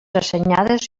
assenyades